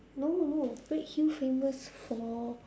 no no redhill famous for